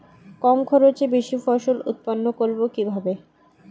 কম খরচে বেশি ফসল উৎপন্ন করব কিভাবে?